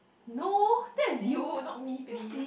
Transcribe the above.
no that is you not me please